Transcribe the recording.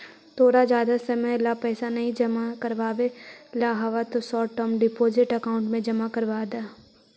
तोरा जादा समय ला पैसे नहीं जमा करवावे ला हव त शॉर्ट टर्म डिपॉजिट अकाउंट में जमा करवा द